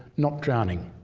not drowning